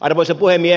arvoisa puhemies